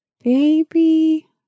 baby